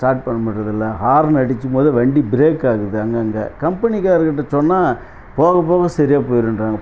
start பண்ண முடியிறது இல்லை ஹாரன் அடிக்கும்போது வண்டி பிரேக் ஆகுது அங்கங்கே கம்பனி காரவங்க கிட்டே சொன்னால் போக போக சரியாக போய்டும்ன்றாங்க